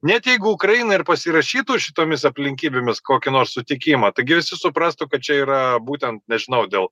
net jeigu ukraina ir pasirašytų šitomis aplinkybėmis kokį nors sutikimą taigi visi suprastų kad čia yra būtent nežinau dėl